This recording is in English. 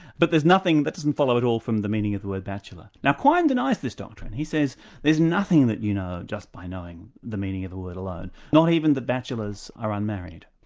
but there's nothing that doesn't follow at all from the meaning of the word bachelor. now quine denies this doctrine. he says there's nothing that you know just by knowing the meaning of the word alone, not even that bachelors are unmarried.